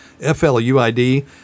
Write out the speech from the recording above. F-L-U-I-D